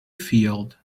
field